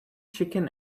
chicken